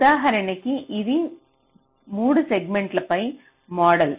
ఉదాహరణ కి ఇది 3 సెగ్మెంట్ పై మోడల్